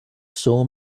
saw